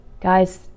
Guys